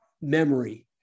memory